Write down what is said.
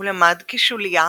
הוא למד כשולייה